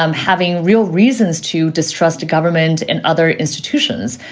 um having real reasons to distrust a government and other institutions.